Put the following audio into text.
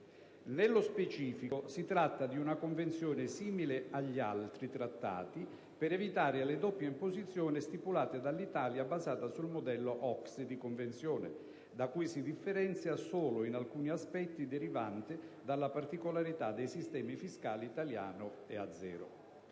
Nello specifico si tratta di una Convenzione, simile agli altri Trattati per evitare le doppie imposizioni stipulati dall'Italia, basata sul modello OCSE di Convenzione, da cui si differenzia solo in alcuni aspetti derivanti dalla particolarità dei sistemi fiscali italiano e azero.